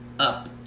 up